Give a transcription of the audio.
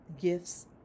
gifts